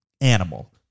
animal